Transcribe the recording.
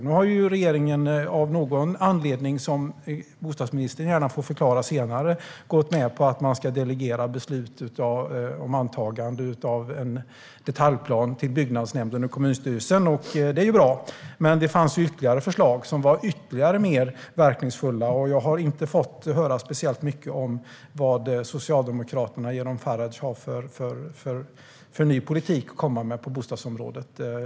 Nu har regeringen av någon anledning som bostadsministern gärna får förklara senare gått med på att man ska delegera beslut om antagande av detaljplan till byggnadsnämnden och kommunstyrelsen. Det är bra. Men det fanns ytterligare förslag som var ännu mer verkningsfulla. Jag har inte fått höra speciellt mycket om vad Socialdemokraterna genom Faradj har för ny politik att komma med på bostadsområdet.